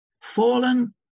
Fallen